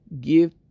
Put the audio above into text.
Give